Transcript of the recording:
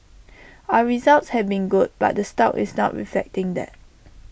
our results have been good but the stock is not reflecting that